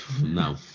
no